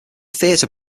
theatre